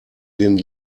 den